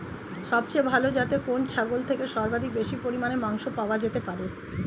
সবচেয়ে ভালো যাতে কোন ছাগল থেকে সর্বাধিক বেশি পরিমাণে মাংস পাওয়া যেতে পারে?